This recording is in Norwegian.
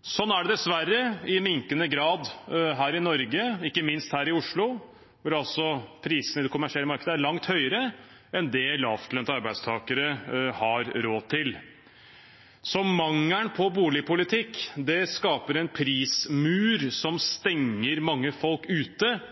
Sånn er det dessverre i minkende grad her i Norge, ikke minst her i Oslo, hvor altså prisene i det kommersielle markedet er langt høyere enn det lavtlønte arbeidstakere har råd til. Så mangelen på boligpolitikk skaper en prismur som stenger mange folk ute